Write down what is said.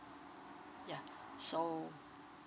ya so